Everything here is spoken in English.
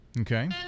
Okay